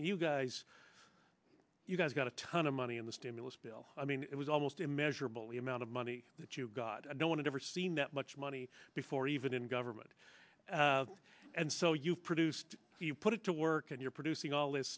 mean you guys you guys got a ton of money in the stimulus bill i mean it was almost immeasurable the amount of money that you got and no one had ever seen that much money before even in government and so you produced you put it to work and you're producing all this